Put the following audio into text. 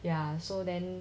ya so then